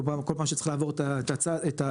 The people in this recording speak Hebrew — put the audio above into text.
כל פעם שצריך לעבור את הגבול,